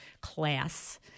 class